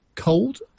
Cold